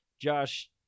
Josh